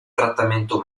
trattamento